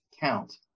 count